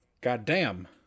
Goddamn